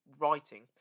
writing